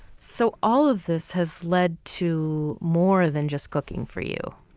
so all of this has led to more than just cooking for you.